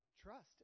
trust